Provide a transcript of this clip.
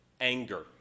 anger